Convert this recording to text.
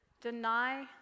Deny